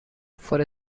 for